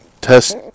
test